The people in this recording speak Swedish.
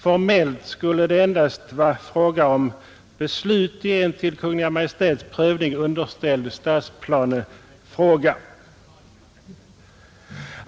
Formellt skulle det endast vara fråga om beslut i en till Kungl. Maj:ts prövning underställd stadsplanefråga.